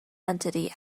entity